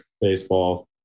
baseball